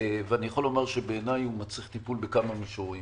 אני יכול לומר שבעיניי הוא מצריך טיפול בכמה מישורים.